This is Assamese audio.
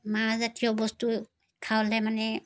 মাহজাতীয় বস্তু খালে মানে